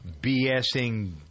bsing